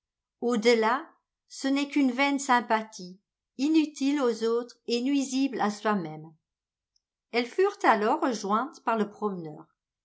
delà ce n'est qu'une vaine sympathie inutile aux autres et nuisible à soi-même elles furent alors rejointes par le promeneur